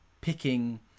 picking